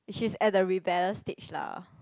she's at the rebellious stage lah